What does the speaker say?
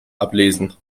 ablesen